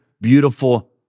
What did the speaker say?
beautiful